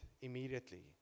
immediately